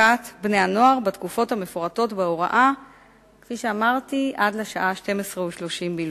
המסחר והתעסוקה ביום ט"ו בכסלו התש"ע (2 בדצמבר 2009):